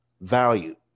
value